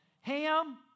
ham